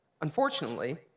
Unfortunately